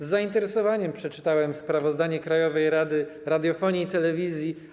Z zainteresowaniem przeczytałem sprawozdanie Krajowej Rady Radiofonii i Telewizji.